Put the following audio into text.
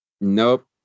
Nope